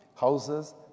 houses